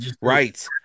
right